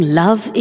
love